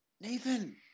Nathan